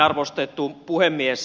arvostettu puhemies